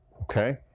Okay